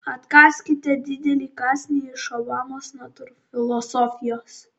atkąskite didelį kąsnį iš obamos natūrfilosofijos